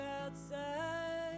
outside